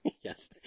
Yes